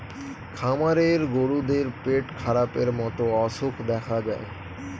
খামারের গরুদের পেটখারাপের মতো অসুখ দেখা যায়